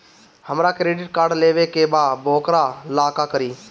हमरा credit card लेवे के बा वोकरा ला का करी?